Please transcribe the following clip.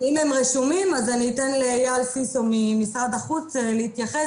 אם הם רשומים אז אני אתן לאייל סיסו ממשרד החוץ להתייחס